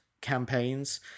campaigns